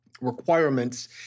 requirements